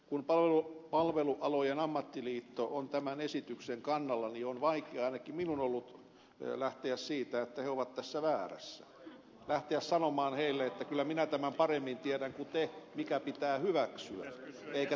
kun palvelualojen ammattiliitto on tämän esityksen kannalla niin on vaikeaa ainakin minun ollut lähteä siitä että he ovat tässä väärässä lähteä sanomaan heille että kyllä minä paremmin tiedän kuin te mikä pitää hyväksyä